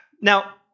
Now